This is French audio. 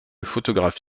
photographe